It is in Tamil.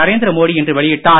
நரேந்திரமோடி இன்று வெளியிட்டார்